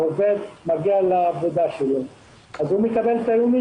העובד מגיע לעבודה ומקבל שכר יומי